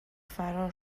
فرار